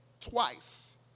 twice